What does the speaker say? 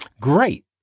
Great